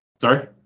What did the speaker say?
sorry